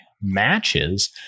matches